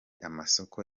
amasoko